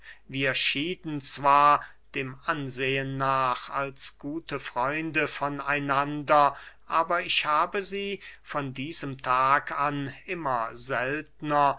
wir schieden zwar dem ansehen nach als gute freunde von einander aber ich habe sie von diesem tag an immer seltner